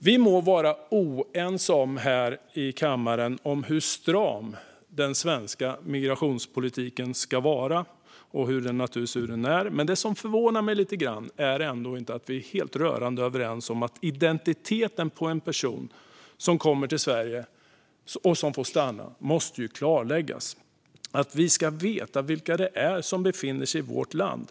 Vi må vara oense här i kammaren om hur stram den svenska migrationspolitiken ska vara, och naturligtvis om hur den är, men det som förvånar mig lite grann är att vi inte är rörande överens om att identiteten på en person som kommer till Sverige och får stanna måste klarläggas. Vi ska veta vilka det är som befinner sig i vårt land.